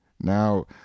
now